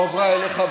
הועברה אליך,